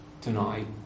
tonight